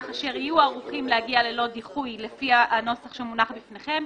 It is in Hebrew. אשר יהיו ערוכים להגיע ללא דיחוי לפי הנוסח שמונח בפניכם,